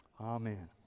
Amen